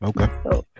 Okay